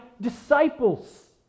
disciples